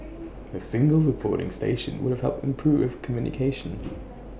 A single reporting station would have helped improve communication